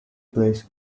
palace